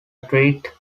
threat